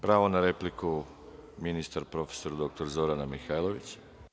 Pravo na repliku ima ministar prof. dr Zorana Mihajlović.